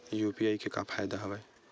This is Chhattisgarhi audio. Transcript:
यू.पी.आई के का फ़ायदा हवय?